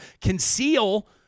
conceal